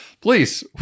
please